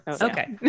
Okay